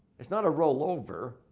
it's not a rollover.